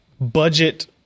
budget